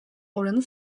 oranı